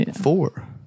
Four